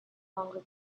longer